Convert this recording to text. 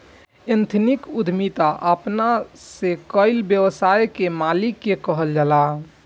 ethnic उद्यमिता अपना से कईल व्यवसाय के मालिक के कहल जाला